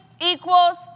equals